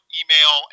email